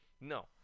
No